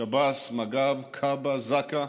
שב"ס, מג"ב, כב"א, זק"א,